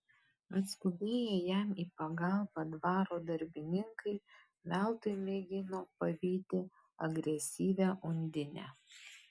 atskubėję jam į pagalbą dvaro darbininkai veltui mėgino pavyti agresyvią undinę